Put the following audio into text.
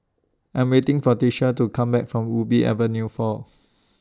I'm waiting For Tisha to Come Back from Ubi Avenue four